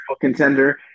contender